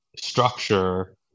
structure